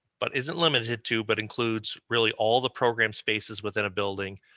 but isn't limited to, but includes really all the program spaces within a building,